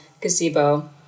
gazebo